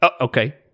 Okay